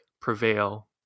prevail